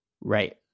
Right